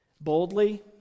boldly